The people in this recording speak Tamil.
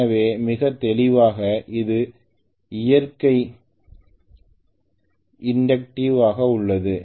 எனவே மிக தெளிவாக இது இயற்கையில் இண்டக்டிவ் ஆக உள்ளது